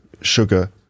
sugar